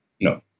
No